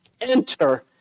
enter